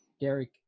Derek